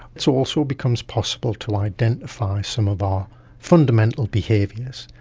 it so also becomes possible to identify some of our fundamental behaviours.